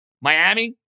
Miami